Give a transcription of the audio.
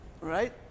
Right